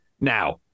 Now